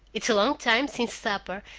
it's a long time since supper,